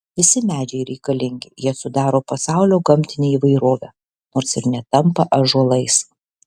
visi medžiai reikalingi jie sudaro pasaulio gamtinę įvairovę nors ir netampa ąžuolais